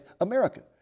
America